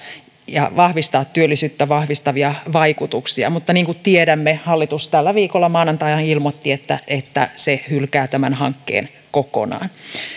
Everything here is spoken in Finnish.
ja vahvistamaan työllisyyttä vahvistavia vaikutuksia mutta niin kuin tiedämme hallitus tällä viikolla maanantaina ilmoitti että että se hylkää tämän hankkeen kokonaan